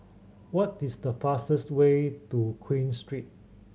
what is the fastest way to Queen Street